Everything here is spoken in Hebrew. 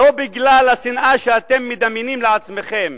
לא בגלל השנאה שאתם מדמיינים לעצמכם,